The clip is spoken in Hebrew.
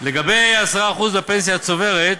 לגבי ה-10% בפנסיה הצוברת,